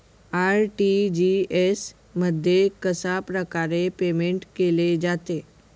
RTGS मध्ये कशाप्रकारे payment केले जाते?